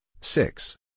six